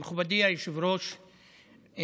מכובדי היושב-ראש,